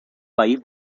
país